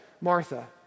Martha